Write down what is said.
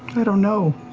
i don't know.